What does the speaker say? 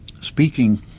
speaking